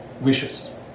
wishes